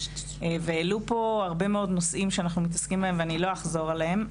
והעלו פה הרבה מאוד נושאים שאנחנו מתעסקים בהם ולא אחזור עליהם.